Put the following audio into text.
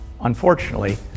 Unfortunately